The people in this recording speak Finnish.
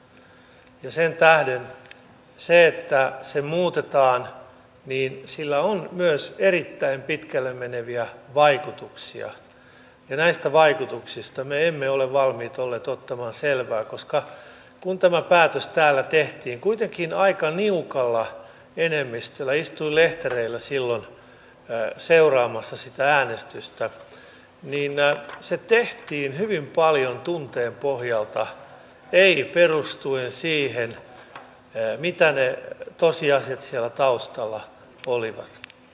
sen tähden sillä että se muutetaan on myös erittäin pitkälle meneviä vaikutuksia ja näistä vaikutuksista me emme ole olleet valmiita ottamaan selvää koska kun tämä päätös täällä tehtiin kuitenkin aika niukalla enemmistöllä istuin lehtereillä silloin seuraamassa sitä äänestystä niin se tehtiin hyvin paljon tunteen pohjalta ei perustuen siihen mitä ne tosiasiat siellä taustalla olivat